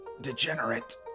Degenerate